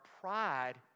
pride